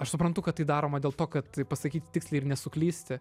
aš suprantu kad tai daroma dėl to kad pasakyti tiksliai ir nesuklysti